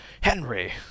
Henry